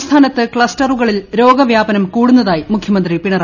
സംസ്ഥാനത്ത് ക്ലസ്റ്ററുകളിൽ രോഗവൃാപനം കൂടുന്നതായി മുഖ്യമന്ത്രി പിണറായി വിജിയൻ